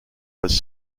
was